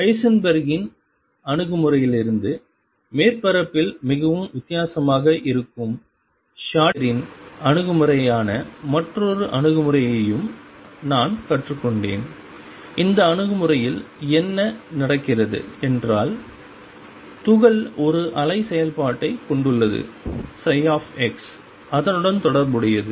ஹைசன்பெர்க்கின் Heisenberg's அணுகுமுறையிலிருந்து மேற்பரப்பில் மிகவும் வித்தியாசமாக இருக்கும் ஷ்ரோடிங்கரின் Schrödinger's அணுகுமுறையான மற்றொரு அணுகுமுறையையும் நான் கற்றுக்கொண்டேன் இந்த அணுகுமுறையில் என்ன நடக்கிறது என்றால் துகள் ஒரு அலை செயல்பாட்டைக் கொண்டுள்ளது ψ அதனுடன் தொடர்புடையது